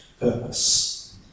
purpose